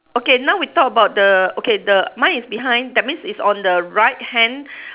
okay now we talk about the okay the mine is behind that means is on the right hand